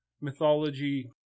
mythology